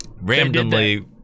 randomly